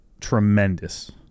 tremendous